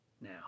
Now